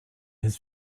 his